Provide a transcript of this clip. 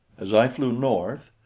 as i flew north,